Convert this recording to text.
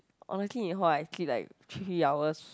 honestly in hall I sleep like three hours